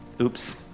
oops